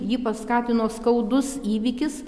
jį paskatino skaudus įvykis